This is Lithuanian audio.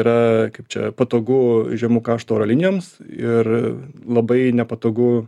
yra kaip čia patogu žemų kaštų oro linijoms ir labai nepatogu